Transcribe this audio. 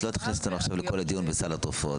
את לא תכניסי אותנו עכשיו לכל הדיון בסל התרופות,